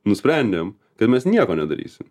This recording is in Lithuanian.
nusprendėm kad mes nieko nedarysim